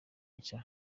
nshya